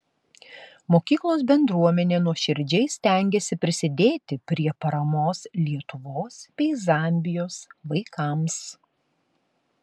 mokyklos bendruomenė nuoširdžiai stengėsi prisidėti prie paramos lietuvos bei zambijos vaikams